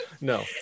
No